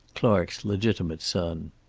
clark's legitimate son.